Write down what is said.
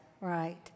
Right